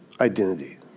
Identity